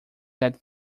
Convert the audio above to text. that